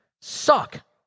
suck